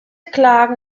klagen